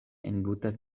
englutas